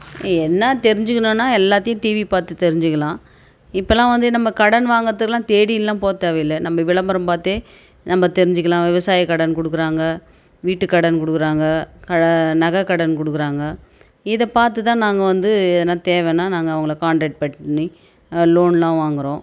என்ன தெரிஞ்சிக்கணும்னா எல்லாத்தையும் டிவி பார்த்து தெரிஞ்சுக்கலாம் இப்போல்லாம் வந்து நம்ம கடன் வாங்குறதுக்குலாம் தேடிலாம் போக தேவையில்லை நம்ம விளம்பரம் பார்த்தே நம்ம தெரிஞ்சிக்கலாம் விவசாய கடன் கொடுக்கறாங்க வீட்டு கடன் கொடுக்கறாங்க க நகை கடன் கொடுக்கறாங்க இதை பார்த்து தான் நாங்கள் வந்து ஏதனா தேவைனா நாங்கள் அவங்கள காண்டாக்ட் பண்ணி லோனெலாம் வாங்குறோம்